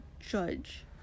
judge